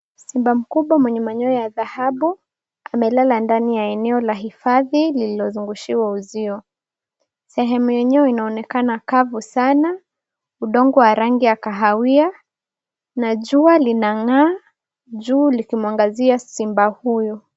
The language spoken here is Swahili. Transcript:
Simba mkubwa mwenye manyoya ya dhahabu amelala ndani ya eneo la hifadhi lililozungushiwa uzio. Sehemu yenyewe inaonekana kavu sana, udongo wa rangi ya kahawia na jua linang'aa juu likimuangazia simba huyo.